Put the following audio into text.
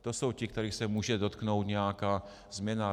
To jsou ti, kterých se může dotknout nějaká změna.